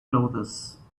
clothes